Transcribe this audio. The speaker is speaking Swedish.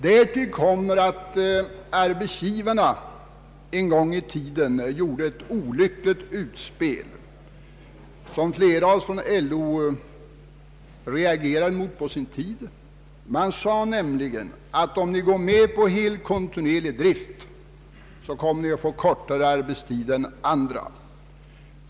Därtill kommer att arbetsgivarna en gång i tiden gjorde ett olyckligt utspel, som flera inom LO reagerade mot. Arbetsgivarna sade nämligen: Om ni går med på helkontinuerlig drift, kommer ni att få kortare arbetstid än andra.